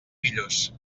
millors